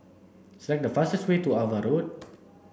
select the fastest way to Ava Road